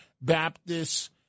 Baptist